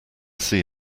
see